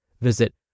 Visit